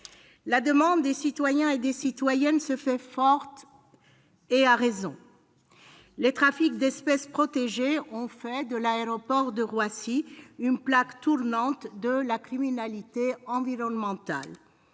La demande des citoyens et citoyennes se fait forte, et à raison. Les trafics d'espèces protégées ont fait de l'aéroport de Roissy une plaque tournante de la criminalité environnementale.